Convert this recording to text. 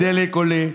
הדלק עולה,